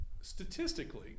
statistically